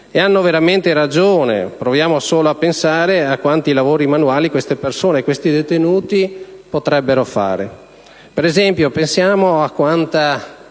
ha veramente ragione. Proviamo solo a pensare a quanti lavori manuali queste persone, questi detenuti potrebbero fare. Per esempio, scendendo nei